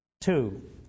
Two